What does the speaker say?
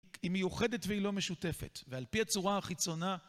היא מיוחדת והיא לא משותפת ועל פי הצורה החיצונה